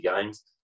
games